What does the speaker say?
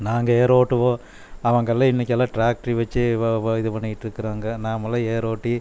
நாங்கள் ஏரோட்டுவோம் அவங்கள்லாம் இன்றைக்கெல்லாம் ட்ராக்டரு வச்சு இது பண்ணிகிட்டருக்குறாங்க நாமெலாம் ஏரோட்டி